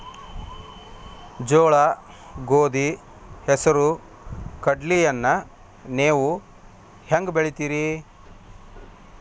ಜೋಳ, ಗೋಧಿ, ಹೆಸರು, ಕಡ್ಲಿಯನ್ನ ನೇವು ಹೆಂಗ್ ಬೆಳಿತಿರಿ?